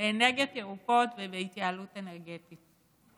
באנרגיות ירוקות ובהתייעלות אנרגטית,